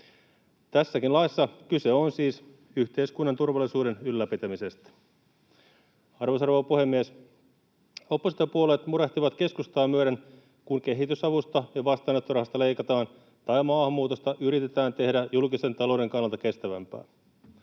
Tässäkin laissa kyse on siis yhteiskunnan turvallisuuden ylläpitämisestä. Arvoisa rouva puhemies! Oppositiopuolueet murehtivat keskustaa myöden, kun kehitysavusta ja vastaanottorahasta leikataan tai maahanmuutosta yritetään tehdä julkisen talouden kannalta kestävämpää.